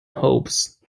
hopes